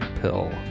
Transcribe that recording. pill